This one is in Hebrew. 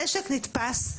הנשק נתפס,